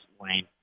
Wayne